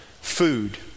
food